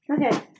Okay